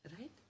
Right